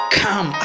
come